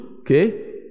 okay